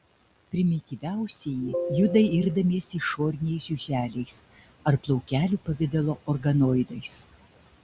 primityviausieji juda irdamiesi išoriniais žiuželiais ar plaukelių pavidalo organoidais